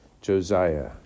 Josiah